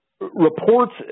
Reports